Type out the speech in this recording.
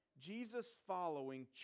Jesus-following